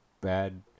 bad